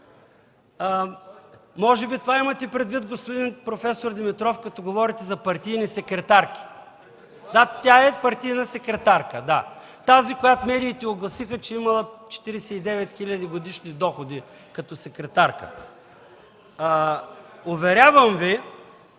Може би това имате предвид, проф. Димитров, като говорите за партийни секретарки? Да, тя е партийна секретарка, да – тази, за която медиите огласиха, че имала 49 хил. лв. годишни доходи като секретарка. Уверявам Ви,